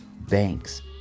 banks